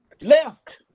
Left